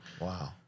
Wow